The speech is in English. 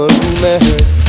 rumors